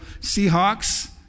Seahawks